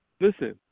listen